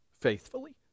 faithfully